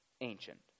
ancient